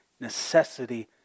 necessity